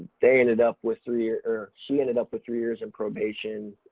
they ended up with three or or she ended up with three years in probation,